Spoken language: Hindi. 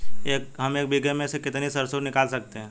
हम एक बीघे में से कितनी सरसों निकाल सकते हैं?